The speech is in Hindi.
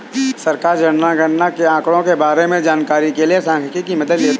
सरकार जनगणना के आंकड़ों के बारें में जानकारी के लिए सांख्यिकी की मदद लेते है